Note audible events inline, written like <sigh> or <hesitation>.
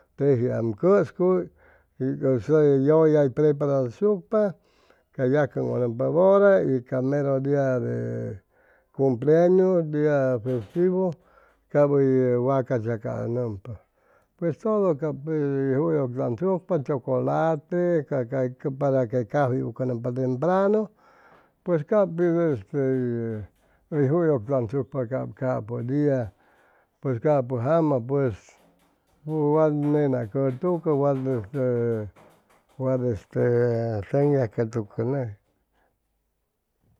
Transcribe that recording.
Tejiam cʉscuy yʉlla hʉy preparachʉcsucpa ca yacaʉnpa bʉra y ca maro dia de de cumpleñu dia fstivo cap hʉy wacas yacaʉnʉmpa pues todo cap juyʉgchamsucpa chocolate para ay cafey ucʉnʉmpa empranu pues ap pit este hʉy juyʉgchamsucpa capʉ dia pues capʉ jama pues wat nena cʉtucʉ wat este wat este <hesitation>